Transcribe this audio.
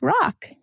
rock